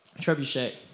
trebuchet